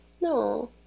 no